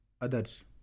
others